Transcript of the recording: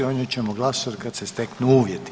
O njoj ćemo glasovati kad se steknu uvjeti.